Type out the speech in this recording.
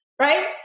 right